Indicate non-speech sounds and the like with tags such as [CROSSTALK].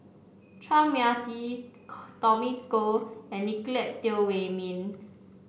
Chua Mia Tee [UNINTELLIGIBLE] Tommy Koh and Nicolette Teo Wei Min